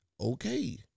Okay